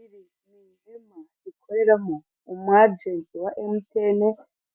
Iri ni ihema rikoreramo umu ajenti wa emutiyeni